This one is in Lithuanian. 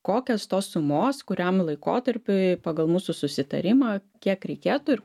kokios tos sumos kuriam laikotarpiui pagal mūsų susitarimą kiek reikėtų ir